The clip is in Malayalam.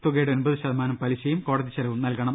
തുകയുടെ ഒൻപതുശതമാനം പലിശയും കോടതിച്ചെലവും നൽകണം